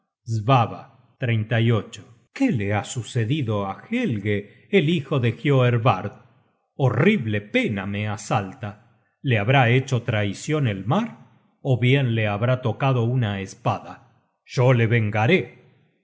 rendir el alma svava qué le ha sucedido á helge el hijo de hioervard horrible pena me asalta le habrá hecho traicion el mar ó bien le habrá tocado una espada yo le vengaré